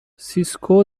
سیسکو